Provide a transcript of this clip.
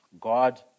God